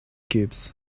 cubes